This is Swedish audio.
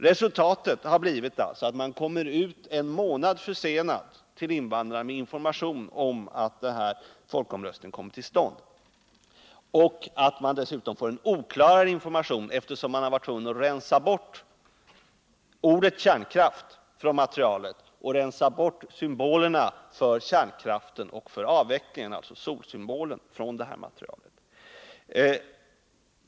Resultatet har blivit att man kommer ut en månad försenad med information till invandrarna om att folkomröstningen skall komma till stånd. Dessutom blir informationen oklarare, eftersom man varit tvungen att rensa bort ordet ”kärnkraft” och symbolerna för kärnkraft och för avveckling, alltså solsymbolen, från materialet.